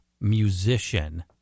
musician